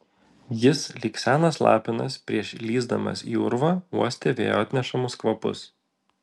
jis lyg senas lapinas prieš lįsdamas į urvą uostė vėjo atnešamus kvapus